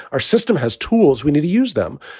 our system has tools. we need to use them.